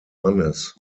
mannes